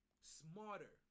smarter